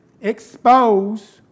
Expose